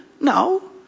No